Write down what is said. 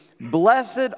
blessed